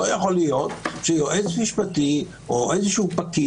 לא יכול להיות שיועץ משפטי או איזה פקיד,